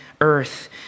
earth